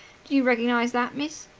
do you recognize that, miss?